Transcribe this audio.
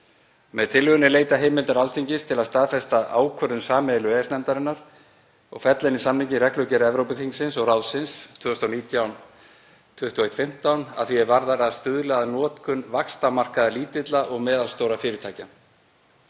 Með tillögunni er leitað heimildar Alþingis til að staðfesta ákvörðun sameiginlegu EES-nefndarinnar og fella inn í samninginn reglugerð Evrópuþingsins og ráðsins 2019/2115 að því er varðar að stuðla að notkun vaxtarmarkaða lítilla og meðalstórra fyrirtækja.